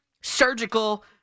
surgical